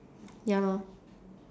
ya lor